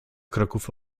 kroków